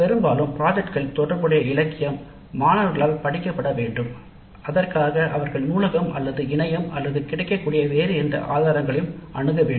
பெரும்பாலும் திட்டத்துடன் தொடர்புடைய இலக்கியம் மாணவர்களால் படிக்கப்பட வேண்டும் அதற்காக அவர்கள் நூலகம் அல்லது இணையம் அல்லது கிடைக்கக்கூடிய வேறு எந்த ஆதாரங்களையும் அணுக வேண்டும்